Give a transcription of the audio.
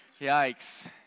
yikes